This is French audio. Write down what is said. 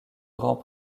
grand